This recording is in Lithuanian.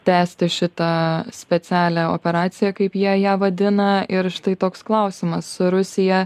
tęsti šitą specialią operaciją kaip jie ją vadina ir štai toks klausimas rusija